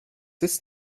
ist